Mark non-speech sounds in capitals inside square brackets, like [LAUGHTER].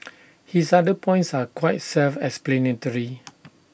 [NOISE] his other points are quite self explanatory